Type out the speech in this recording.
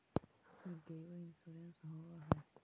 हमर गेयो के इंश्योरेंस होव है?